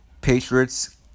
Patriots